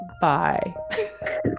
Bye